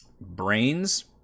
brains